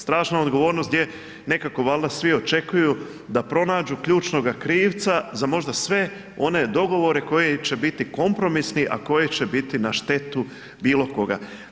Strašna odgovornost gdje nekako valjda svi očekuju da pronađu ključnoga krivca za možda sve one dogovore koji će biti kompromisni a koji će biti na štetu bilo koga.